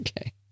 Okay